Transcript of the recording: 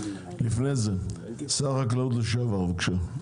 לפני זה שר החקלאות לשעבר בבקשה.